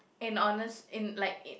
in honest in like in